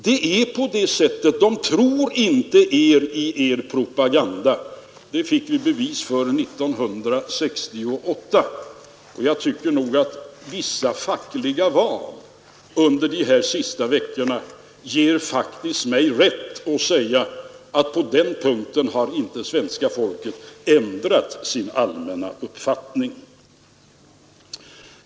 Det är på det sättet. Man tror inte på er propaganda; det fick vi bevis för 1968. Och jag tycker att vissa fackliga val under de senaste veckorna faktiskt ger mig rätt att säga, att på den punkten har inte svenska folket ändrat sin allmänna uppfattning.